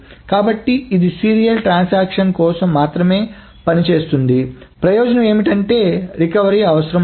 కాబట్టి ఇది సీరియల్ ట్రాన్సాక్షన్ల కోసం మాత్రమే పనిచేస్తుంది ప్రయోజనం ఏమిటంటే రికవరీ అవసరం లేదు